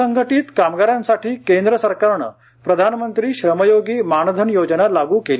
असंघटीत कामगारांसाठी केंद्र सरकारने प्रधानमंत्री श्रमयोगी मानधन योजना लाग्र केली